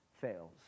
fails